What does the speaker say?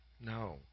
No